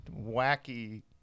wacky